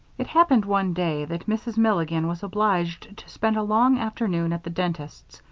it happened one day that mrs. milligan was obliged to spend a long afternoon at the dentist's,